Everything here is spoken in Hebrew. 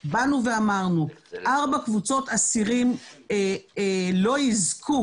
באנו ואמרנו: ארבע קבוצות אסירים לא יזכו